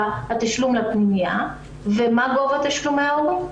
התשלום לפנימייה ומה גובה תשלומי ההורים,